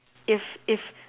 if if